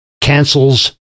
cancels